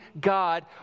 God